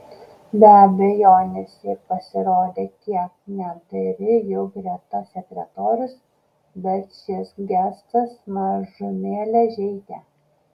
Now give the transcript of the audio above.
be abejonės ji pasirodė kiek neapdairi juk greta sekretorius bet šis gestas mažumėlę žeidė